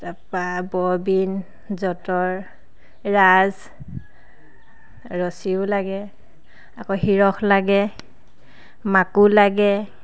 তাৰ পৰা ববিন যঁতৰ ৰাঁচ ৰছীও লাগে আকৌ হিৰখ লাগে মাকো লাগে